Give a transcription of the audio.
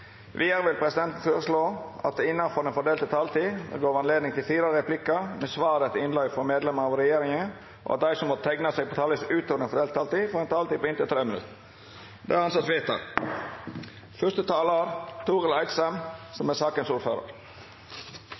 Vidare vil presidenten føreslå at det – innanfor den fordelte taletida – vert gjeve anledning til replikkordskifte på inntil fire replikkar med svar etter innlegg frå medlemer av regjeringa, og at dei som måtte teikna seg på talarlista utover den fordelte taletida, får ei taletid på inntil 3 minutt. – Det er